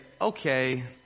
okay